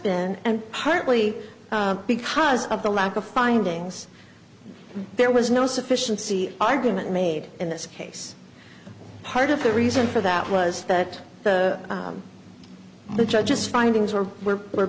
been and partly because of the lack of findings there was no sufficiency argument made in this case part of the reason for that was that the judge's findings were were were